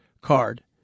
card